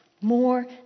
more